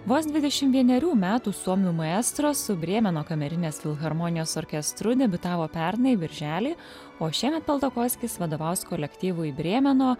vos dvidešim vienerių metų suomių maestro su brėmeno kamerinės filharmonijos orkestru debiutavo pernai birželį o šiemet peltokoskis vadovaus kolektyvui brėmeno